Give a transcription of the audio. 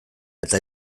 eta